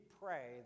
pray